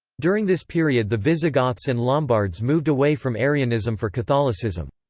during this period the visigoths and lombards moved away from arianism for catholicism.